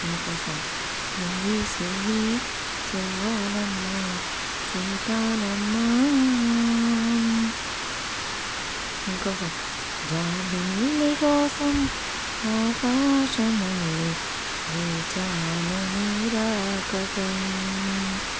ఇంకో సాంగ్ సువ్వీ సువ్వీ సువ్వాలమ్మా సీతాలమ్మా ఇంకో సాంగ్ జాబిల్లి కోసం ఆకాశమల్లె వేచాను నీ రాకకై